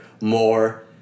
more